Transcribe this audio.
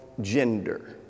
gender